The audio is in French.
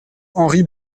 henri